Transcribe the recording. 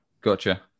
Gotcha